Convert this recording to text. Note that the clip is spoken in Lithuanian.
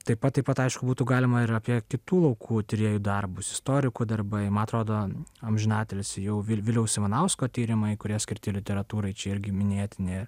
taip pat taip pat aišku būtų galima ir apie kitų laukų tyrėjų darbus istorikų darbai man atrodo amžinatilsį jau vil viliaus ivanausko tyrimai kurie skirti literatūrai čia irgi minėtini